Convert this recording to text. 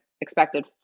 expected